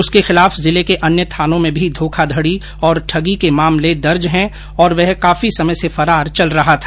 उसके खिलाफ जिले के अन्य थानों में भी धोखाधड़ी और ठगी के मामले दर्ज हैं तथा वह समय से फरार चल रहा था